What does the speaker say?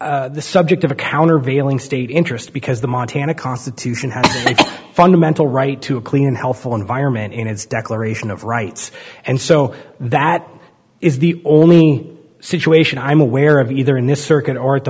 is the subject of a countervailing state interest because the montana constitution has a fundamental right to a clean healthful environment in its declaration of rights and so that is the only situation i'm aware of either in this circuit or at the